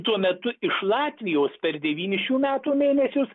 tuo metu iš latvijos per devynis šių metų mėnesius